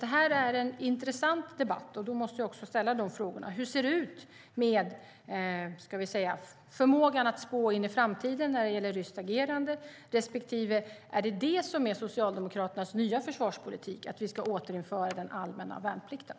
Det här är en intressant debatt, och jag måste alltså fråga hur det ser ut med förmågan att spå in i framtiden när det gäller ryskt agerande samt om det är Socialdemokraternas nya försvarspolitik att vi ska återinföra den allmänna värnplikten.